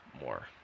more